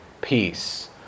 peace